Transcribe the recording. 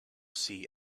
see